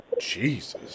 jesus